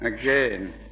again